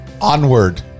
Onward